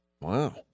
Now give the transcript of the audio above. Wow